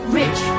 rich